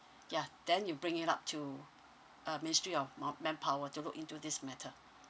ya then you bring it up to uh mystery of uh manpower to look into this matter